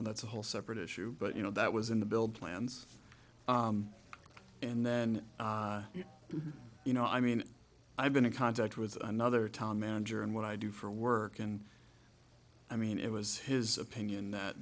know that's a whole separate issue but you know that was in the build plans and then you know i mean i've been in contact with another town manager and what i do for work and i mean it was his opinion that